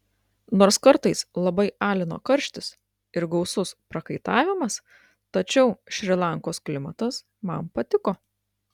nors kartais labai alino karštis ir gausus prakaitavimas tačiau šri lankos klimatas man patiko